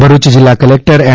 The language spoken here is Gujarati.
ભરૂચ જિલ્લા કલેકટર એમ